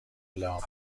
لعاب